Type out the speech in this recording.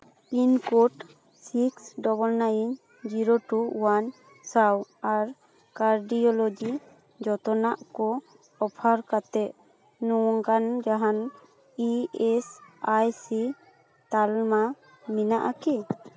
pincode six double nine zero two one ᱥᱟᱶ ᱟᱨ cardiology ᱡᱚᱛᱱᱟᱣ ᱠᱚ ᱚᱯᱷᱟᱨ ᱠᱟᱛᱮᱜ ᱱᱚᱝᱠᱟᱱ ᱡᱟᱦᱟᱱ ᱤ ᱮᱥ ᱟᱭ ᱥᱤ ᱛᱟᱞᱢᱟ ᱢᱮᱱᱟᱜᱼᱟ ᱠᱤ